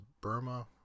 Burma